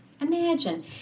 Imagine